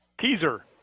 Teaser